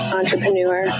entrepreneur